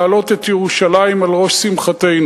להעלות את ירושלים על ראש שמחתנו,